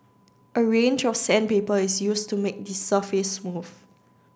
a range of sandpaper is used to make the surface smooth